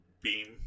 beam